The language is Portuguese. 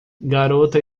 garota